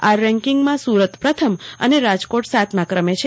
આ રેન્કીગમાં સુરત પ્રથમ અને રાજકોટ સાતમાક્રમે છે